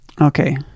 Okay